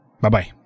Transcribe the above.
Bye-bye